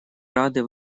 рады